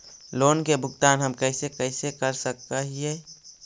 Loan के भुगतान हम कैसे कैसे कर सक हिय?